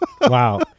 wow